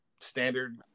standard